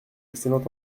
excellent